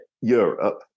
Europe